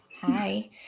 hi